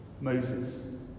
Moses